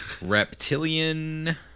Reptilian